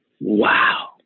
Wow